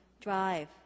drive